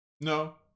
No